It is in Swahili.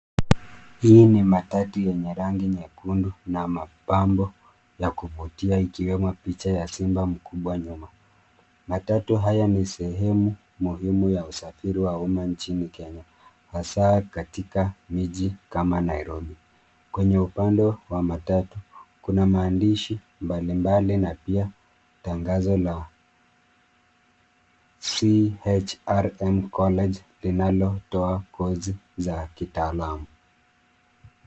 Hii ni matatu yenye rangi nyekundu na mapambo ya kuvutia, ikiwemo na picha ya simba mkubwa nyuma. Matatu haya ni sehemu muhimu ya usafiri wa umma nchini Kenya, hasa katika miji kama Nairobi. Kwenye upande wa matatu, kuna maandishi mbalimbali na pia tangazo la CHRM (cs)College(cs), linalotoa (cs)kozi(cs) za kitaalamu.